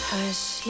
Hush